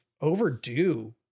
overdue